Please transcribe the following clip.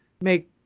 make